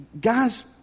Guys